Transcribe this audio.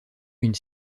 une